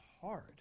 hard